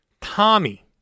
Tommy